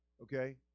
okay